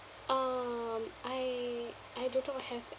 um I I do not have